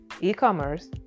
e-commerce